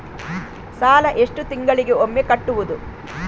ಸಾಲ ಎಷ್ಟು ತಿಂಗಳಿಗೆ ಒಮ್ಮೆ ಕಟ್ಟುವುದು?